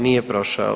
Nije prošao.